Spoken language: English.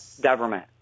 government